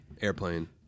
Airplane